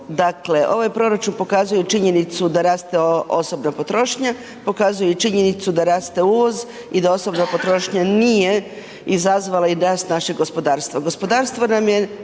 Dakle, ovaj proračun pokazuje činjenicu da raste osobna potrošnja, pokazuje i činjenicu da raste uvoz i da osobna potrošnja nije izazvala i rast našega gospodarstva.